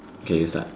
okay you start